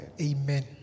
Amen